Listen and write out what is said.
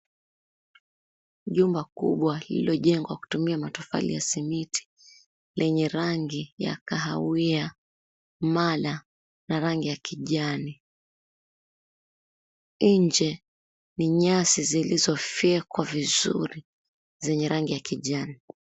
Jumba kubwa liliojengwa kutumia matofali ya simiti, lenye rangi ya kahawia mala na rangi ya kijani. Nje, ni nyasi zilizo fyekwa vizuri, zenye rangi ya kijani.